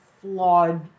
flawed